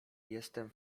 jestem